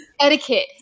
Etiquette